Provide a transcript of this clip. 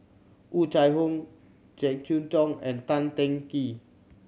Oh Chai Hoo Jek Yeun Thong and Tan Teng Kee